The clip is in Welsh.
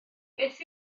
beth